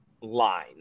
line